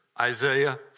Isaiah